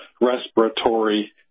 respiratory